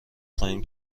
خواهیم